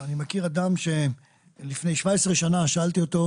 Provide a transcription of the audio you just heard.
אני מכיר אדם שלפני 17 שנה שאלתי אותו: